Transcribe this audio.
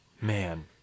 man